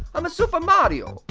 i'm a super mario.